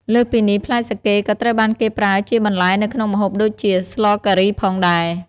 លើសពីនេះ ផ្លែសាកេក៏ត្រូវបានគេប្រើជាបន្លែនៅក្នុងម្ហូបដូចជា ស្លការីផងដែរ។